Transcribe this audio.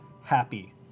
happy